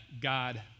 God